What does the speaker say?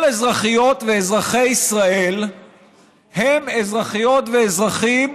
כל אזרחיות ואזרחי ישראל הם אזרחיות ואזרחים